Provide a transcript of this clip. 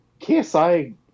KSI